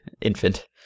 infant